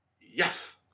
Yes